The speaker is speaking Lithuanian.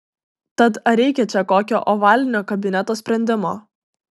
tad ar reikia čia kokio ovalinio kabineto sprendimo